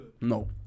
No